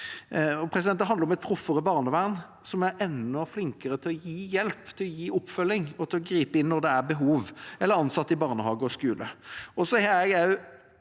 Det handler om et proffere barnevern, som er enda flinkere til å gi hjelp, til å gi oppfølging, og til å gripe inn når det er behov, eller ansatte i barnehage og skole.